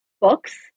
books